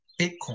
Bitcoin